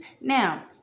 Now